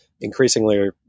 increasingly